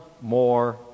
more